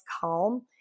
Calm